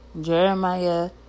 jeremiah